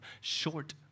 short